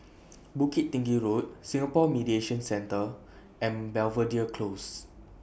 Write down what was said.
Bukit Tinggi Road Singapore Mediation Centre and Belvedere Closes